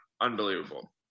unbelievable